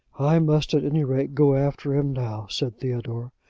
i must at any rate go after him now, said theodore.